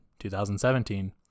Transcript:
2017